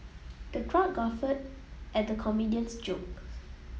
the crowd guffawed at the comedian's jokes